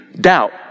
Doubt